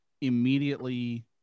immediately